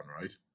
right